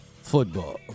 football